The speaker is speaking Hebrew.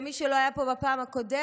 למי שלא היה פה בפעם הקודמת,